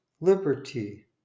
Liberty